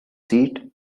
seat